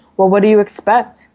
what what do you expect?